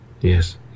Yes